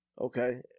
Okay